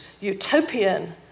utopian